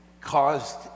caused